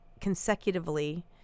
consecutively